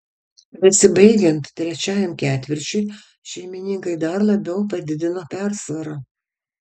besibaigiant trečiajam ketvirčiui šeimininkai dar labiau padidino persvarą